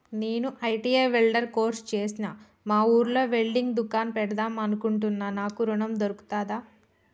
నేను ITI welder course చేశ్న మా ఊర్లో వెల్డింగ్ దుకాన్ పెడదాం అనుకుంటున్నా నాకు ఋణం దొర్కుతదా?